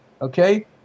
okay